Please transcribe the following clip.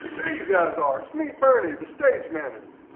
there you guys are, it's me bernie, the stage manager.